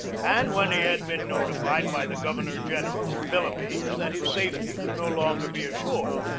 and when he had been noti fied by the governor-general of the philippines that his safety could no longer be assured,